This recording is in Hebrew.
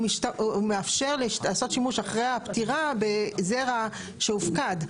הוא מאפשר לעשות שימוש אחרי הפטירה בזרע שהופקד.